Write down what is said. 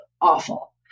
awful